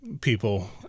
people